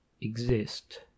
exist